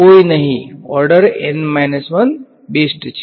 કોઈ નહી order N 1 best છે